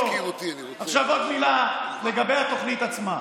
עכשיו עוד מילה לגבי התוכנית עצמה,